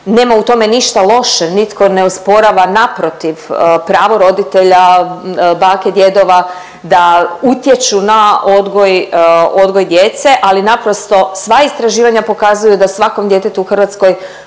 nema u tome ništa loše. Nitko ne osporava, naprotiv pravo roditelja, bake, djedova da utječu na odgoj, odgoj djece ali naprosto sva istraživanja pokazuju da svakom djetetu u Hrvatskoj